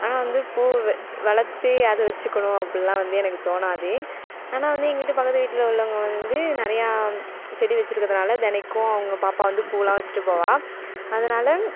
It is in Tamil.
ஆனால் வந்து பூ வளர்த்து அதை வச்சுக்கணும் அப்படிலாம் வந்து எனக்கு தோணாது ஆனால் வந்து எங்கள் வீட்டு பக்கத்து வீட்டில் உள்ளவங்க வந்து நிறையா செடி வச்சிருக்கிறதுனால தினைக்கும் அவங்க பாப்பா வந்து பூவெல்லாம் வச்சுட்டு போவாள் அதனால்